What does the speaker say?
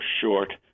short